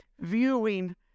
viewing